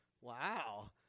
Wow